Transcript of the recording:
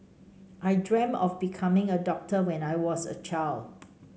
I dreamt of becoming a doctor when I was a child